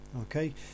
okay